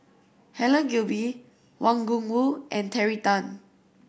Helen Gilbey Wang Gungwu and Terry Tan